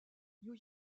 new